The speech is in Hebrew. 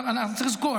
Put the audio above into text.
צריך לזכור,